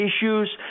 issues